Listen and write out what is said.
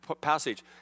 passage